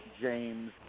James